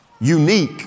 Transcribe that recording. Unique